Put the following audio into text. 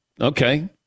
Okay